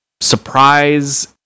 Surprise